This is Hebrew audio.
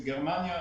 בגרמניה,